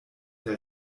der